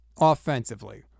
offensively